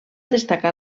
destacar